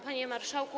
Panie Marszałku!